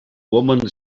woman